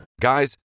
guys